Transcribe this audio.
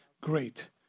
great